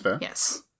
yes